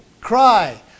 cry